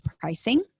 pricing